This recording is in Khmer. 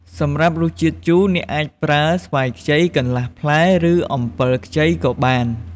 សម្រាប់រសជាតិជូរ អ្នកអាចប្រើស្វាយខ្ចីកន្លះផ្លែ ឬអំពិលខ្ចីក៏បាន។